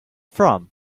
from